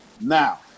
Now